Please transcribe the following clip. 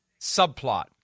subplot